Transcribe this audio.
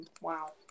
Wow